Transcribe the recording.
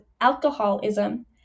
alcoholism